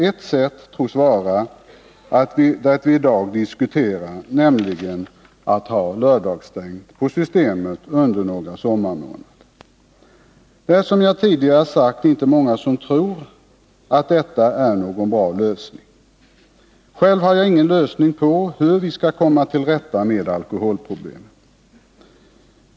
Ett sätt tros vara det vi i dag diskuterar, nämligen att ha lördagsstängt på Systemet under några sommarmånader. Det är, som jag tidigare sagt, inte många som tror att detta är någon bra lösning. Själv har jag ingen lösning på hur vi skall komma till rätta med alkoholproblemen.